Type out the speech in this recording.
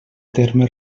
terme